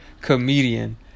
comedian